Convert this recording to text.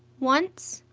once,